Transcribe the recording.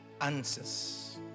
answers